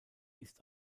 ist